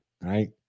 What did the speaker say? right